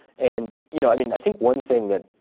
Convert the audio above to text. and you know i mean i think one thing that